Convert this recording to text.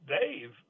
Dave